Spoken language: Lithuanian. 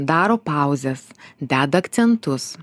daro pauzes deda akcentus